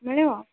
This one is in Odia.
ମିଳିବ